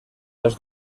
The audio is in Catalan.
els